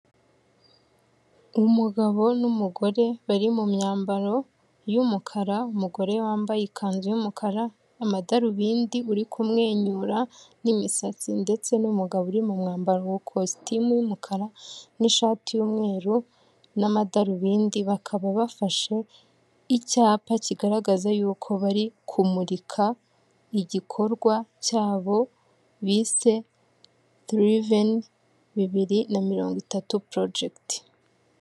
Umugabo n'umugore bari mu myambaro y'umukara. Umugore wambaye ikanzu y'umukara, amadarubindi, uri kumwenyura, n'imisatsi. Ndetse n'umugabo uri mu mwambaro wa kositimu y'umukara n'ishati y'umweru n'amadarubindi. Bakaba bafashe icyapa kigaragaza yuko bari kumurika igikorwa cyabo bise tiriveni bibiri na mirongo itatu porojegiti.